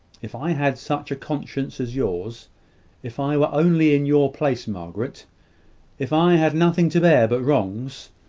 if i had such a conscience as yours if i were only in your place, margaret if i had nothing to bear but wrongs,